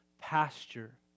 pasture